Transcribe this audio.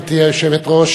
גברתי היושבת-ראש,